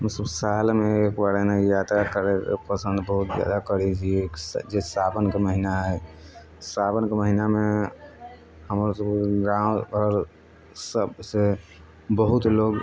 हमसभ सालमे एक बार एहिनाए यात्रा करैले पसन्द बहुत ज्यादा करैत छियै जे सावनके महीना हइ सावनके महिनामे हमर सभके गाम घर सभसँ बहुत लोक